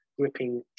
gripping